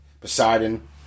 Poseidon